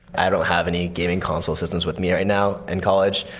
i don't have any gaming consol systems with me right now in college.